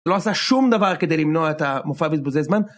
לא עושה שום דבר כדי למנוע את ההופעת בזבוזי זמן.